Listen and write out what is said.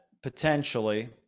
potentially